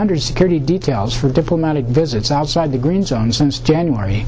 hundred security details for diplomatic visits outside the green zone since january